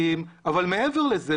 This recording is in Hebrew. אבל מעבר לזה,